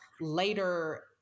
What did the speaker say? later